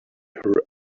her